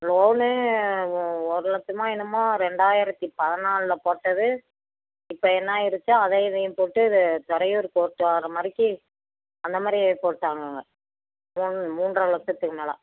loan ஓ ஒரு லட்சமோ என்னமோ ரெண்டாயிரத்தி பதினால்ல போட்டது இப்போ என்ன ஆயிருச்சு அதையும் இதையும் போட்டு இது துறையூர் கோர்ட்டு வர மாதிரிக்கி அந்த மாதிரி போட்டாங்கங்க மூணு மூன்றரை லட்சத்துக்கு மேலே